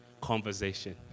conversation